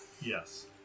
yes